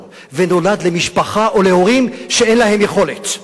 ונולד למשפחה או להורים שאין להם יכולת?